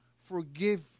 forgive